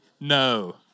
No